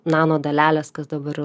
nanodalelės kas dabar